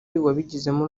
wabigizemo